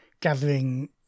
gathering